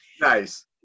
nice